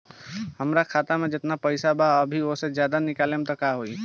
हमरा खाता मे जेतना पईसा बा अभीओसे ज्यादा निकालेम त का होई?